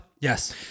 Yes